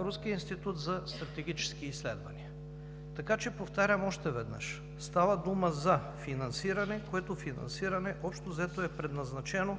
руският Институт за стратегически изследвания. Така че повтарям още веднъж, става дума за финансиране, което финансиране общо взето е предназначено,